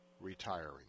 retiring